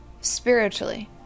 spiritually